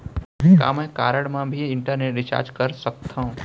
का मैं ह कारड मा भी इंटरनेट रिचार्ज कर सकथो